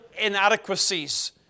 inadequacies